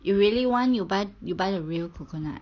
you really want you buy you buy the real coconut